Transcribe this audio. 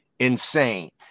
insane